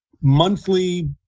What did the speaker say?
monthly